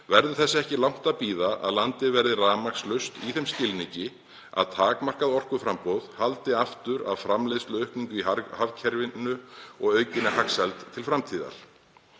verður þess ekki langt að bíða að landið verði rafmagnslaust í þeim skilningi að takmarkað orkuframboð haldi aftur af framleiðsluaukningu í hagkerfinu og aukinni hagsæld til framtíðar.